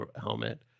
helmet